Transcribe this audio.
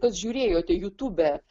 kas žiūrėjote jutube